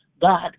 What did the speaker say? God